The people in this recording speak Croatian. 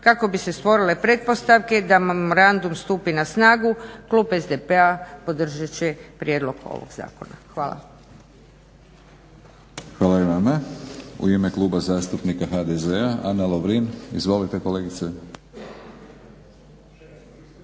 kako bi se stvorile pretpostavke da memorandum stupi na snagu klub SDP-a podržat će prijedlog ovog zakona. Hvala. **Batinić, Milorad (HNS)** Hvala i vama. U ime Kluba zastupnika HDZ-a Ana Lovrin. Izvolite kolegice.